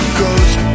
ghost